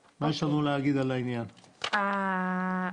בבקשה.